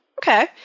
okay